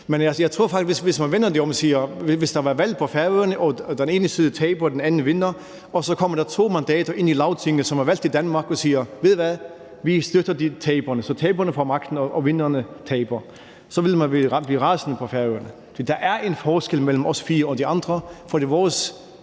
at hvis der var valg på Færøerne og den ene side tabte og den anden side vandt og så kom der to mandater ind i Lagtinget, som var valgt i Danmark, og sagde, at de støttede taberne – så taberne fik magten og vinderne tabte – så ville man blive rasende på Færøerne. Der er en forskel mellem os fire og de andre, for vores